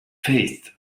faced